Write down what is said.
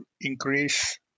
increase